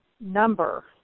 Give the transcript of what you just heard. number